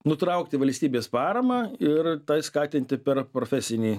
nutraukti valstybės paramą ir skatinti per profesinį